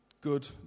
good